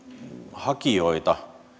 hakijoita